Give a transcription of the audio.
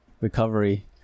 recovery